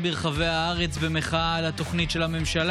ותיכנס לספר החוקים של מדינת ישראל.